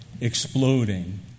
exploding